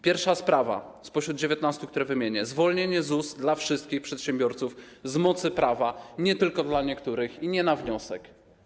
Pierwsza sprawa spośród tych 19, które wymienię: zwolnienie z ZUS dla wszystkich przedsiębiorców z mocy prawa, nie tylko dla niektórych i nie na wniosek.